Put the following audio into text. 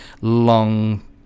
long